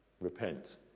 Repent